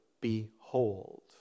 behold